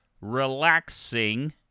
relaxing